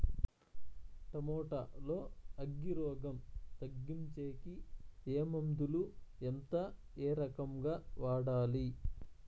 Tomato లో అగ్గి రోగం తగ్గించేకి ఏ మందులు? ఎంత? ఏ రకంగా వాడాలి?